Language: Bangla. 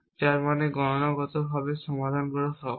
যার মানে গণনাগতভাবে সমাধান করা সহজ